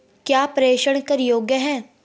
क्या प्रेषण कर योग्य हैं?